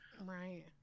Right